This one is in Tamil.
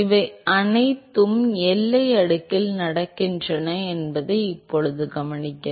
இவை அனைத்தும் எல்லை அடுக்கில் நடக்கின்றன என்பதை இப்போது கவனிக்கவும்